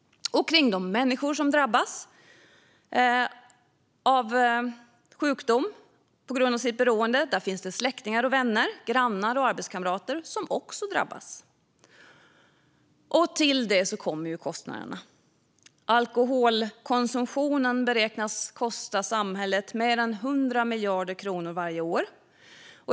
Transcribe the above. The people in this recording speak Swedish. Kring de människor som drabbas av sjukdom på grund av sitt beroende finns släktingar, vänner, grannar och arbetskamrater som också drabbas. Till detta kommer kostnaderna. Alkoholkonsumtionen beräknas kosta samhället mer än 100 miljarder kronor varje år.